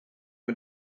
are